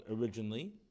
originally